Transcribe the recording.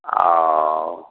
हँ